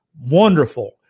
wonderful